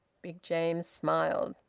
big james smiled.